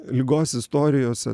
ligos istorijose